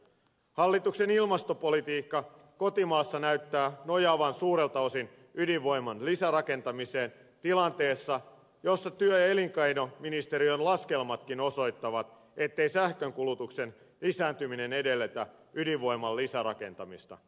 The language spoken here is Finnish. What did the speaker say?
hallituksen ilmastopolitiikka kotimaassa näyttää nojaavan suurelta osin ydinvoiman lisärakentamiseen tilanteessa jossa työ ja elinkeinoministeriön laskelmatkin osoittavat ettei sähkönkulutuksen lisääntyminen edellytä ydinvoiman lisärakentamista